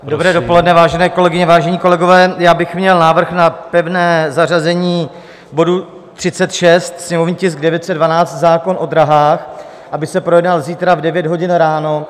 Dobré dopoledne, vážené kolegyně, vážení kolegové, já bych měl návrh na pevné zařazení bodu 36, sněmovní tisk 912, zákon o drahách, aby se projednal zítra v 9 hodin ráno.